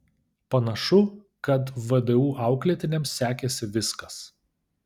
panašu kad vdu auklėtiniams sekėsi viskas